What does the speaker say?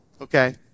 Okay